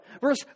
Verse